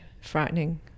Frightening